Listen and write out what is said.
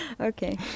Okay